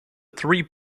three